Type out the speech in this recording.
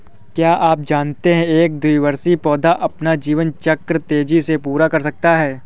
क्या आप जानते है एक द्विवार्षिक पौधा अपना जीवन चक्र तेजी से पूरा कर सकता है?